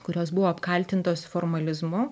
kurios buvo apkaltintos formalizmu